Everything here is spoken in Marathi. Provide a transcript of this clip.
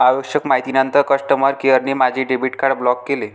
आवश्यक माहितीनंतर कस्टमर केअरने माझे डेबिट कार्ड ब्लॉक केले